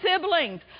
siblings